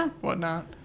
whatnot